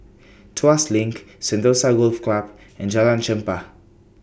Tuas LINK Sentosa Golf Club and Jalan Chempah